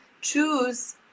choose